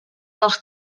dels